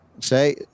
say